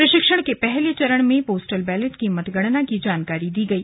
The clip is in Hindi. प्रशिक्षण के पहले चरण में पोस्टल बैलेट की मतगणना की जानकारी दी गई